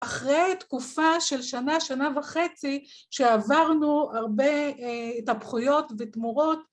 ‫אחרי תקופה של שנה, שנה וחצי, ‫שעברנו הרבה התהפכויות ותמורות.